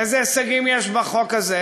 איזה הישגים יש בחוק הזה?